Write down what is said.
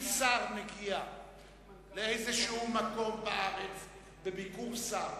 אם שר מגיע לאיזשהו מקום בארץ, בביקור שר,